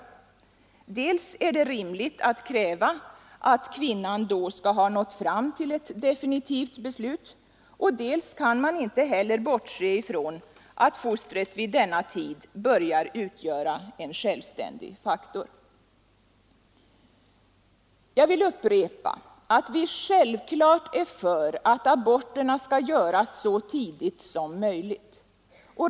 Dels är det rimligt att kräva att kvinnan då skall ha nått fram till ett definitivt beslut, dels kan man inte heller bortse ifrån att fostret vid denna tid börjar utgöra en självständig faktor. Jag vill upprepa att vi självklart är för att aborterna skall göras så tidigt som möjligt.